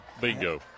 Bingo